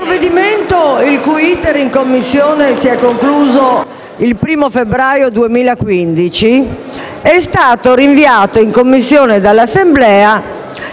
il provvedimento, il cui iter in Commissione si è concluso il 1º febbraio 2017, è stato rinviato in Commissione dall'Assemblea